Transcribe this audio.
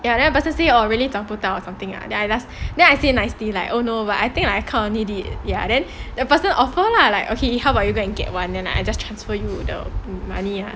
ya then really 找不到 or something then I just then I say nicely like oh no but I think like I still need it lah then the person offer lah like okay how about you go and get one then I just transfer you the money lah